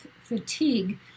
fatigue